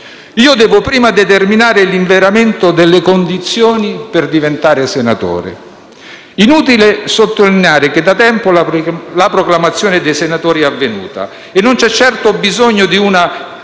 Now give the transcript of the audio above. «Io devo prima determinare l'inveramento delle condizioni per diventare senatore». Inutile sottolineare che da tempo la proclamazione dei senatori è avvenuta e non vi è certo bisogno di una